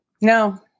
No